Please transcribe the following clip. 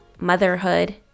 motherhood